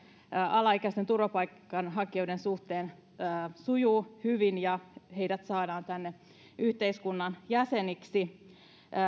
alaikäisten turvapaikanhakijoiden suhteen sujuu hyvin ja heidät saadaan tänne yhteiskunnan jäseniksi